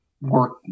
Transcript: work